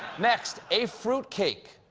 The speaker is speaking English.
next, a fruitcake.